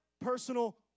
Personal